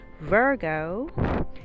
Virgo